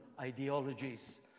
ideologies